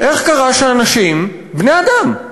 איך קרה שאנשים, בני-אדם,